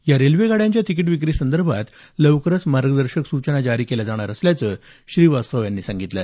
या रेल्वे गाड्यांच्या तिकीट विक्रीसंदर्भात लवकरच मार्गदर्शक सूचना जारी केल्या जाणार असल्याचं श्रीवास्तव यांनी सांगितलं